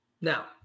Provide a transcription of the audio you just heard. Now